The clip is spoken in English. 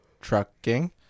trucking